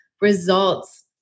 results